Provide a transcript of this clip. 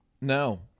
No